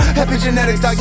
epigenetics